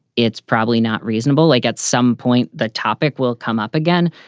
it's probably not reasonable. like at some point the topic will come up again.